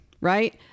Right